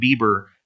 Bieber